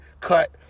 cut